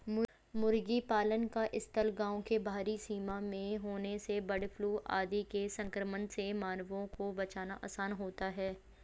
मुर्गी पालन का स्थल गाँव के बाहरी सीमा में होने से बर्डफ्लू आदि के संक्रमण से मानवों को बचाना आसान होता है